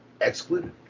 excluded